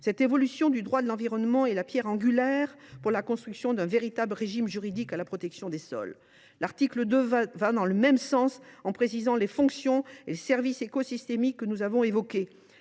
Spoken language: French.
Cette évolution du droit de l’environnement est la pierre angulaire de la construction d’un véritable régime juridique de la protection des sols. L’article 2 va dans le même sens et précise les fonctions et les services écosystémiques que nous avons évoqués.